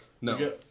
No